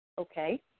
Okay